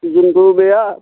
যোনটো বেয়া